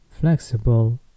flexible